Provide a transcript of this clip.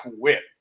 quit